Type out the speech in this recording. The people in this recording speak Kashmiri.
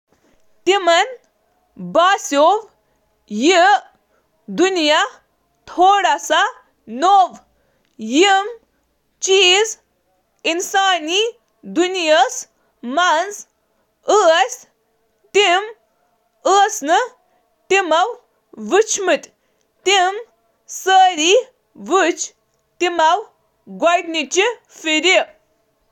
تمو سونچ زِ یہٕ دنیا چِھ تمن خاطرٕ نئو۔ تمو چِھ یم چیز گوڑنچ لٹہٕ وچھمژ۔